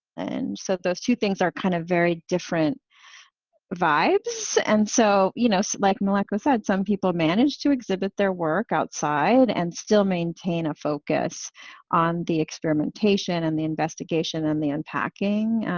and those two things are kind of very different vibes. and so you know like meleko said, some people manage to exhibit their work outside and still maintain a focus on the experimentation and the investigation and the unpacking.